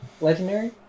Legendary